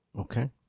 Okay